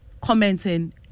commenting